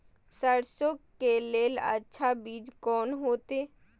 सरसों के लेल अच्छा बीज कोन होते?